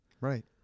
Right